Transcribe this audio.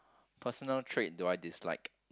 personal trait do I dislike